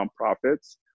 nonprofits